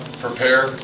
prepare